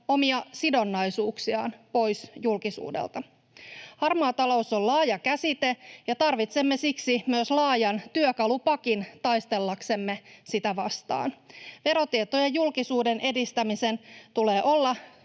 omia sidonnaisuuksiaan pois julkisuudelta. ”Harmaa talous” on laaja käsite, ja tarvitsemme siksi myös laajan työkalupakin taistellaksemme sitä vastaan. Verotietojen julkisuuden edistämisen tulee olla